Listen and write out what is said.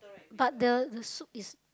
but the the soup is